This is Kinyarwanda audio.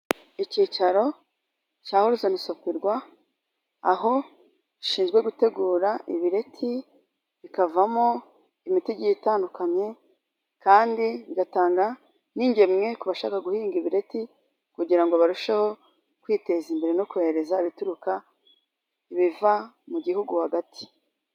Icyicaro cya Holizoni Sopirwa, aho gishinzwe gutegura ibireti bikavamo imiti igiye itandukanye kandi bigatanga n'ingemwe ku bashaka guhinga ibireti ,kugira ngo barusheho kwiteza imbere no kohereza ibituruka biva mu gihugu hagati.